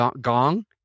gong